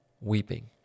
weeping